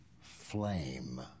flame